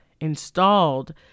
installed